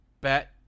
bet